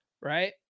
right